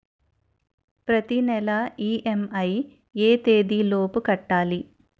ప్రతినెల ఇ.ఎం.ఐ ఎ తేదీ లోపు కట్టాలి?